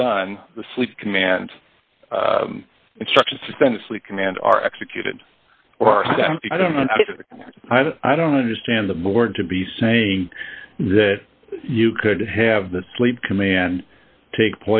is done the sleep commands instructions densely command are executed or i don't know i don't understand the board to be saying that you could have the sleep command take